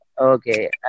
Okay